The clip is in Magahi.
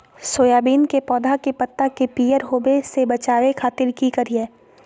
सोयाबीन के पौधा के पत्ता के पियर होबे से बचावे खातिर की करिअई?